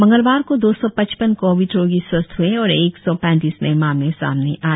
मंगलवार को दो सौ पचपन कोविड रोगी स्वस्थ्य हए और एक सौं पैतीस नए मामले सामने आए